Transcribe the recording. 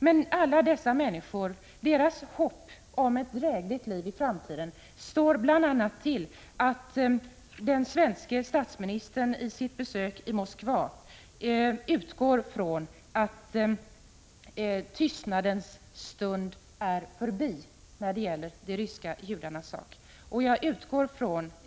Men alla dessa människor är i sitt hopp om ett drägligt liv i framtiden bl.a. beroende av att den svenske statsministern vid sitt besök i Moskva utgår från att tystnadens stund är förbi när det gäller de ryska judarnas sak.